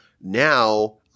now